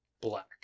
black